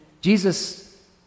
Jesus